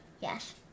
Yes